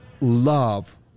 love